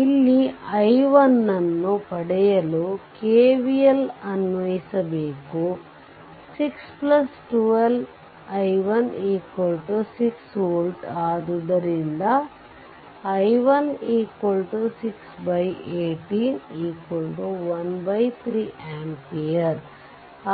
ಇಲ್ಲಿ i1 ಅನ್ನು ಪಡೆಯಲು KVL ಅನ್ವಯಿಸಬೇಕು 6 12 i1 6volt ಆದ್ದರಿಂದ i161813amps